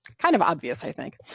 kind of obvious, i think.